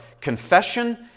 confession